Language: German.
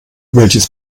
welches